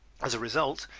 as a result,